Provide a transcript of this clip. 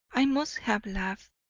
i must have laughed.